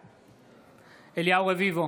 בעד אליהו רביבו,